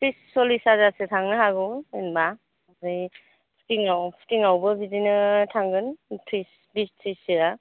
त्रिस सललिस हाजारसो थांनो हागौ जेनबा आमफ्राय पुथिंयाव पुथिंयावबो बिदिनो थांगोन थ्रिस बिस थ्रिस सोया